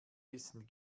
wissen